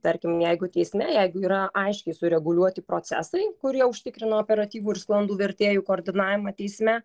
tarkim jeigu teisme jeigu yra aiškiai sureguliuoti procesai kurie užtikrina operatyvų ir sklandų vertėjų koordinavimą teisme